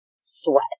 sweat